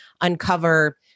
uncover